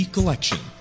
Collection